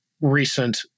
recent